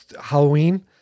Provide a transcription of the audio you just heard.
Halloween